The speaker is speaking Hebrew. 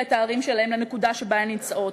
את הערים שלהם לנקודה שבה הן נמצאות,